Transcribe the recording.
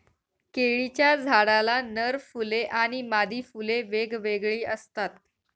केळीच्या झाडाला नर फुले आणि मादी फुले वेगवेगळी असतात